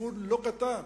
סיכון לא קטן.